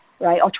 right